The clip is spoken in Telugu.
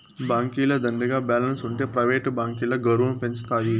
బాంకీల దండిగా బాలెన్స్ ఉంటె ప్రైవేట్ బాంకీల గౌరవం పెంచతాయి